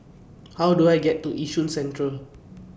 How Do I get to Yishun Central